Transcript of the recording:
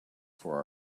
for